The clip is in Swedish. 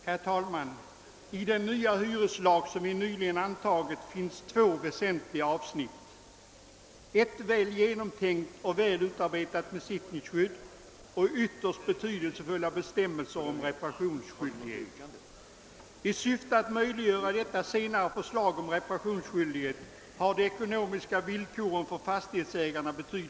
Herr talman! I den nya hyreslag som vi nyligen antagit finns två väsentliga avsnitt: ett väl genomtänkt och väl utformat besittningsskydd och ytterst betydelsefulla bestämmelser om reparationsskyldighet. I syfte att möjliggöra detta senare förslag om reparationsskyldighet har man betydligt förbättrat de ekonomiska villkoren för fastighetsägarna.